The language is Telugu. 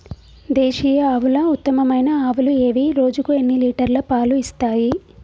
దేశీయ ఆవుల ఉత్తమమైన ఆవులు ఏవి? రోజుకు ఎన్ని లీటర్ల పాలు ఇస్తాయి?